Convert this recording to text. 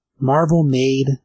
Marvel-made